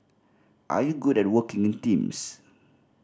are you good at working in teams